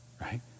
right